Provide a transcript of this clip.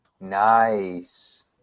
Nice